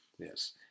Yes